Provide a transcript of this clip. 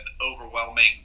overwhelming